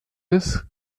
des